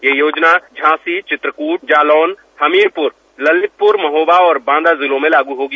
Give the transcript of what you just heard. ये योजना झांसी चित्रकूट जालौन हमीरपुर ललितपुर महोबा और बांदा जिलों में लागू होगी